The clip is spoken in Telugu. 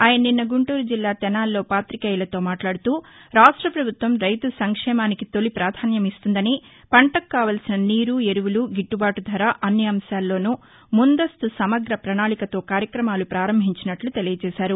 ఆయన నిన్న గుంటూరు జిల్లా తెనాలిలో పాతికేయిలతో మాట్లాదుతూ రాష్ట్రపభుత్వం రైతు సంక్షేమానికి తొలి పాధాన్యం ఇస్తుందని పంటకు కావల్సిన నీరు ఎరువులు గిట్టబాటు ధర అన్ని అంశాల్లోనూ ముందస్తు సమగ్ర పణాళికతో కార్యక్రమాలు పారంభించినట్లు తెలియచేశారు